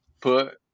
put